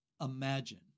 imagine